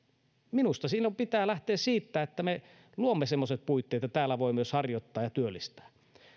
minusta silloin pitää lähteä siitä että me luomme semmoiset puitteet että täällä voi myös kaivostoimintaa harjoittaa ja työllistää